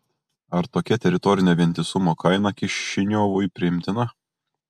ar tokia teritorinio vientisumo kaina kišiniovui priimtina